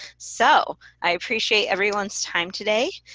so i appreciate everyone's time today,